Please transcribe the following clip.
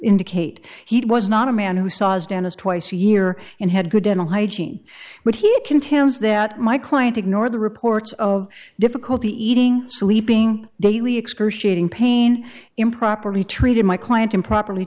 indicate he was not a man who saw as dentist twice a year and had good dental hygiene but he contends that my client ignore the reports of difficulty eating sleeping daily excruciating pain improperly treated my client improperly